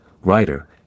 writer